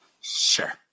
sure